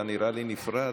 אתה נראה לי נפרד.